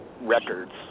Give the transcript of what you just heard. records